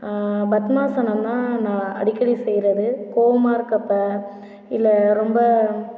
பத்மாசனம் தான் நான் அடிக்கடி செய்கிறது கோவமாக இருக்கிறப்ப இல்லை ரொம்ப